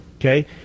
okay